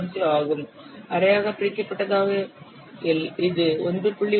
05 ஆகும் அரையாக பிரிக்கப்பட்டதாக இல் இது 1